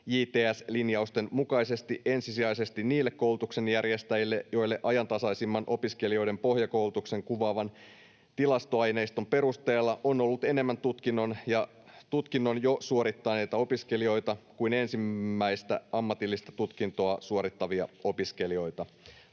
JTS-linjausten mukaisesti ensisijaisesti niille koulutuksen järjestäjille, joilla ajantasaisimman opiskelijoiden pohjakoulutuksen kuvaavan tilastoaineiston perusteella on ollut enemmän tutkinnon jo suorittaneita opiskelijoita kuin ensimmäistä ammatillista tutkintoa suorittavia opiskelijoita.